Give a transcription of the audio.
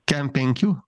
kem penkių